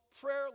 prayer